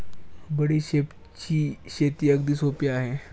बडीशेपची शेती अगदी सोपी आहे